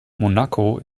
monaco